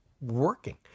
working